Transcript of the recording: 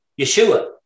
Yeshua